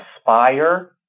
aspire